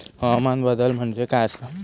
हवामान बदल म्हणजे काय आसा?